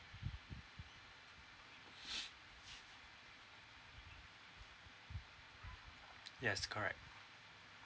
yes correct